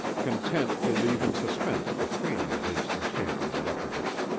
content to leave in suspense the training of his enchanted leopardess.